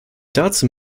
dazu